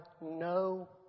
no